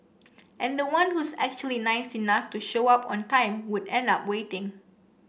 and the one who's actually nice enough to show up on time would end up waiting